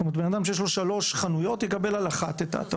אדם שיש לו שלוש חנויות יקבל נכס אחד.